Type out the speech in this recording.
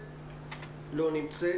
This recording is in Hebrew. היא לא על הקו.